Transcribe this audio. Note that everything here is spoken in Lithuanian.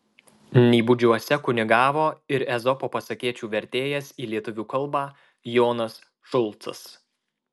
nybudžiuose kunigavo ir ezopo pasakėčių vertėjas į lietuvių kalbą jonas šulcas